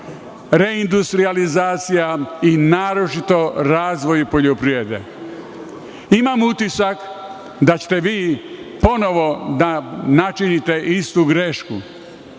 reindustrijalizacija i naročito razvoj poljoprivrede. Imam utisak da ćete vi ponovo načiniti istu grešku,